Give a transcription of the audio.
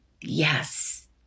Yes